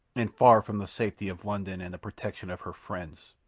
and far from the safety of london and the protection of her friends.